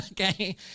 Okay